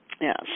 Yes